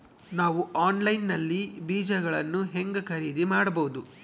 ನಾವು ಆನ್ಲೈನ್ ನಲ್ಲಿ ಬೇಜಗಳನ್ನು ಹೆಂಗ ಖರೇದಿ ಮಾಡಬಹುದು?